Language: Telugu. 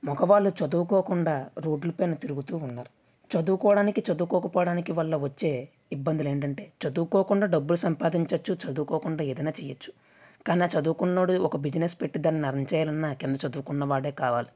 మగవాళ్ళు చదువుకోకుండా రోడ్ల పైన తిరుగుతూ ఉన్నారు చదువుకోడానికి చదువుకోకపోవడానికి వల్ల వచ్చే ఇబ్బందులు ఏంటంటే చదువుకోకుండా డబ్బులు సంపాదించ వచ్చు చదువుకోకుండా ఏదైనా చేయవచ్చు కానీ ఆ చదువుకున్న వాడు ఒక బిజినెస్ పెట్టి దాన్ని రన్ చేయాలన్న కింద చదువుకున్న వాడే కావాలి